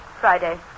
Friday